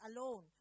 alone